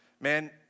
Man